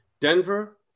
Denver